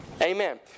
amen